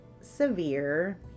severe